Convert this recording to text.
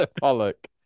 pollock